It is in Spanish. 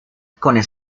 con